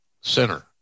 center